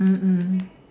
mm mm